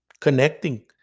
connecting